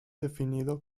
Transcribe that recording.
definido